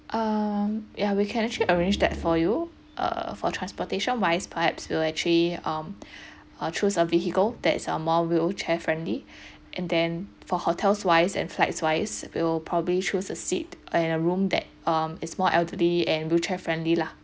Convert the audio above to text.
um yeah we can actually arrange that for you uh for transportation wise perhaps we actually um err choose a vehicle that is err more wheelchair friendly and then for hotels wise and flights wise we'll probably choose a seat and a room that um is more elderly and wheelchair friendly lah